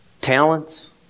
talents